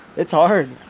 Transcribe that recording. it's ah hard